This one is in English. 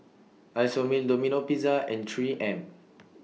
Isomil Domino Pizza and three M